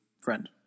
friend